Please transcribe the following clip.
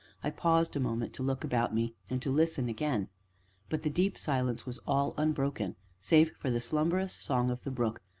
i paused a moment to look about me and to listen again but the deep silence was all unbroken, save for the slumberous song of the brook,